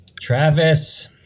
travis